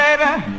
Baby